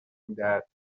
میدهد